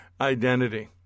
identity